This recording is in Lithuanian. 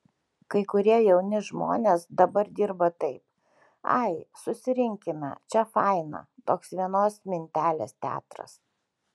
kai kurie jauni žmonės dabar dirba taip ai susirinkime čia faina toks vienos mintelės teatras